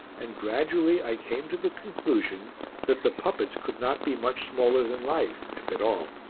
and gradually i came to the conclusion that the puppets could not be much smaller than life, if at all.